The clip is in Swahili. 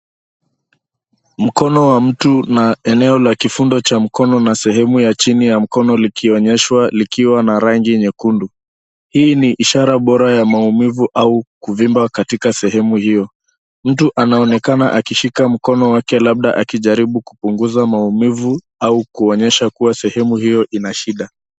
Mkono wa mtu na eneo la kifundo Cha mkono na sehemu ya chini ya mkono likionyeshwa likiwa na rangi nyekundu. Hii ni ishara Bora ya maumivu au kuvimba katika sehemu hiyo. Mtu anonekana akishika mkono wake labda akijaribu kupunguza maumivu au kuonyesha kuwa sehemu hiyo ina shida.